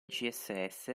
css